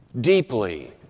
deeply